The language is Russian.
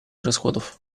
расходов